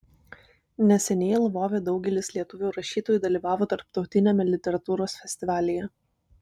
neseniai lvove daugelis lietuvių rašytojų dalyvavo tarptautiniame literatūros festivalyje